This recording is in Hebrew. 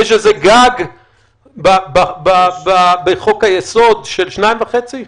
יש איזה גג בחוק היסוד של 2.5?